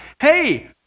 hey